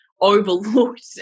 overlooked